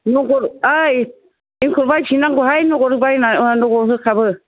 ओइ एंखुर बायफिननांगौहाय नगद होखाबो